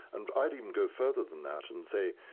and i'd even go further than that and say,